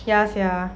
ya sia